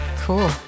cool